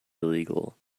illegal